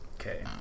Okay